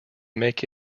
make